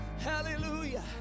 Hallelujah